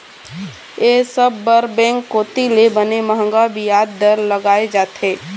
ये सब बर बेंक कोती ले बने मंहगा बियाज दर लगाय जाथे